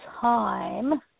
time